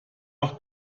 nach